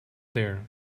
there